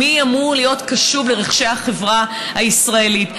מי אמור להיות קשוב לרחשי החברה הישראלית.